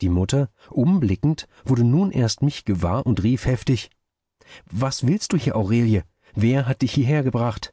die mutter umblickend wurde nun erst mich gewahr und rief heftig was willst du hier aurelie wer hat dich hieher gebracht